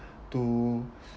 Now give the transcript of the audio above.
to